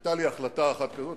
היתה לי החלטה אחת כזאת,